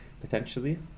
potentially